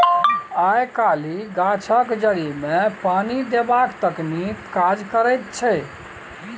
आय काल्हि गाछक जड़िमे पानि देबाक तकनीक काज करैत छै